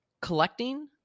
collecting